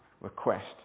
request